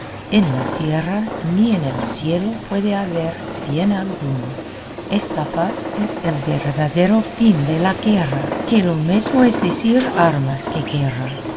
en la tierra ni en el cielo puede haber bien alguno esta paz es el verdadero fin de la guerra que lo mesmo es decir armas que guerra